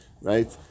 right